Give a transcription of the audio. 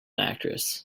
actress